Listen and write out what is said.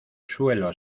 suelo